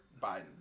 Biden